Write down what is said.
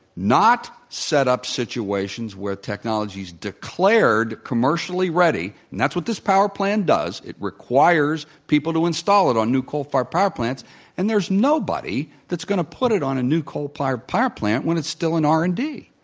not set up situations where technology is declared commercially ready and that's what this power plan does, it requires people to install it on new coal fired power plants and there's nobody that's going to put it on a new coal fired power plant when it's still in r and d.